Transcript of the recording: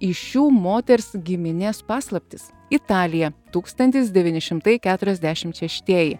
iš šių moters giminės paslaptis italija tūkstantis devyni šimtai keturiasdešimt šeštieji